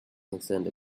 concerned